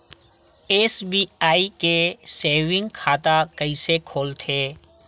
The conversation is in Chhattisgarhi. एस.बी.आई के सेविंग खाता कइसे खोलथे?